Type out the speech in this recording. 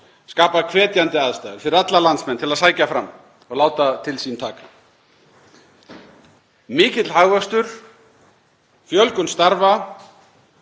skapað hvetjandi aðstæður fyrir alla landsmenn til að sækja fram og láta til sín taka. Mikill hagvöxtur, fjölgun starfa